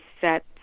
set